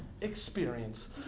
experience